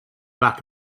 back